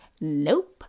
Nope